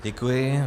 Děkuji.